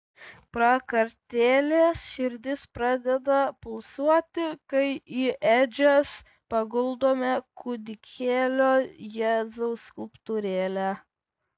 prakartėlės širdis pradeda pulsuoti kai į ėdžias paguldome kūdikėlio jėzaus skulptūrėlę